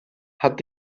hat